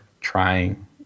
trying